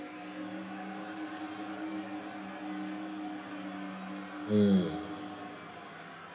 mm